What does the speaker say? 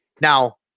Now